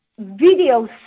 videos